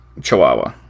Chihuahua